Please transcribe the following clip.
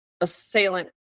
assailant